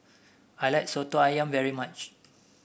I like soto ayam very much